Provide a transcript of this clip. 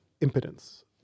impotence